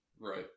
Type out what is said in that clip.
Right